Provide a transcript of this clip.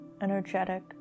energetic